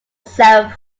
sarah